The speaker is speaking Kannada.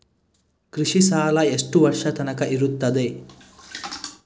ಕೃಷಿ ಸಾಲ ಎಷ್ಟು ವರ್ಷ ತನಕ ಇರುತ್ತದೆ?